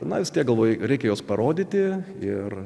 narstė galvoju reikia juos parodyti ir